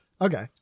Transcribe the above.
Okay